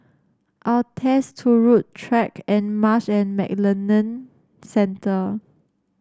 Altez Turut Track and Marsh and McLennan Centre